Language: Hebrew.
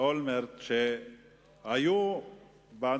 גם ראש הממשלה אולמרט,